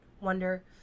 wonder